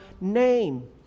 name